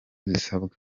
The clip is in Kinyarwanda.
zisabwa